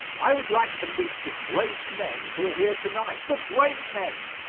i would like to meet the great men who are here to-night. the great men!